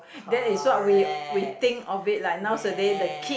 that is what we we think of it lah nowadays the kid